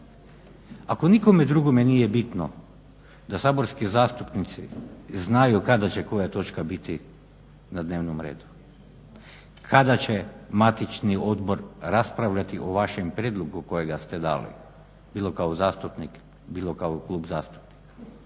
Ako nikome drugome nije bitno da saborski zastupnici znaju kada će koja točka biti na dnevnom redu, kada će matični odbor raspravljati o vašem prijedlogu kojega ste dali bilo kao zastupnik, bilo kao klub zastupnika